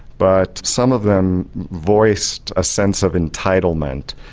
but some of them voiced a sense of entitlement,